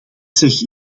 zeg